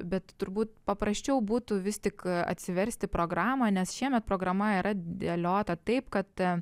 bet turbūt paprasčiau būtų vis tik atsiversti programą nes šiemet programa yra dėliota taip kad